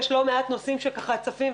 יש לא מעט נושאים שככה צפים,